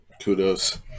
Kudos